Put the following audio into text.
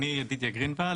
ידידיה,